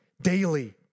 daily